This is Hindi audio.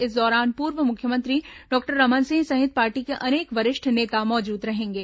इस दौरान पूर्व मुख्यमंत्री डॉक्टर रमन सिंह सहित पार्टी के अनेक वरिष्ठ नेता मौजूद रहेंगे